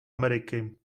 ameriky